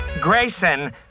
Grayson